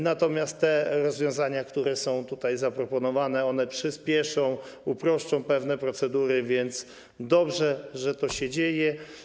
Natomiast te rozwiązania, które są tutaj zaproponowane, przyspieszą, uproszczą pewne procedury, więc dobrze, że to się dzieje.